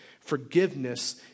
forgiveness